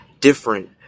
different